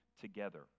together